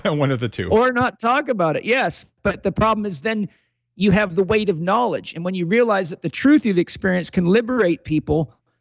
and one of the two or not talk about it, yes. but the problem is then you have the weight of knowledge. and when you realize that the truth you've experienced can liberate people,